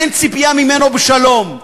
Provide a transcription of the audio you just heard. אין ציפייה ממנו בשלום,